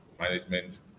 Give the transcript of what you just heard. management